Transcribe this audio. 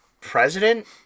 president